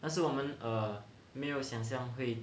但是我们 err 没有想象会